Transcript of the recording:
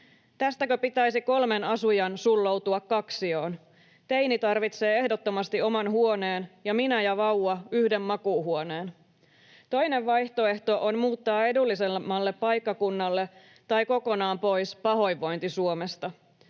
Tästäkö pitäisi kolmen asujan sulloutua kaksioon? Teini tarvitsee ehdottomasti oman huoneen ja minä ja vauva yhden makuuhuoneen. Toinen vaihtoehto on muuttaa edullisemmalle paikkakunnalle tai kokonaan pois pahoinvointi-Suomesta.